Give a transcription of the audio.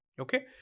Okay